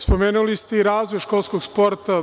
Spomenuli ste i razvoj školskog sporta.